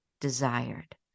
desired